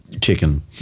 chicken